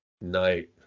night